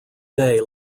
day